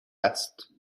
است